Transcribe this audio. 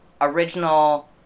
original